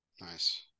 Nice